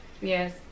Yes